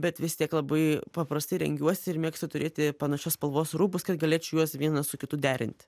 bet vis tiek labai paprastai rengiuosi ir mėgstu turėti panašios spalvos rūbus kad galėčiau juos vieną su kitu derinti